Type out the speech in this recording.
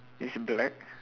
it's black